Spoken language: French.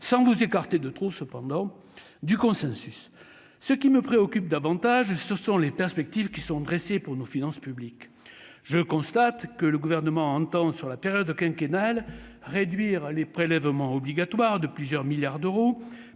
sans vous écarter de trop cependant du consensus, ce qui me préoccupe davantage, ce sont les perspectives qui sont dressés pour nos finances publiques, je constate que le gouvernement entend sur la période quinquennale réduire les prélèvements obligatoires de plusieurs milliards d'euros,